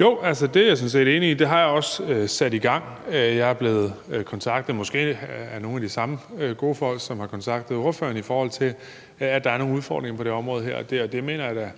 Jo, det er jeg sådan set enig i. Det har jeg også sat i gang. Jeg er blevet kontaktet af måske nogle af de samme gode folk, som har kontaktet ordføreren, i forhold til at der er nogle udfordringer på det her område, og det mener jeg da